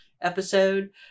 episode